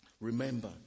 Remember